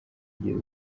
kugeza